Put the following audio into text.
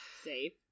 Safe